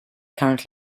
current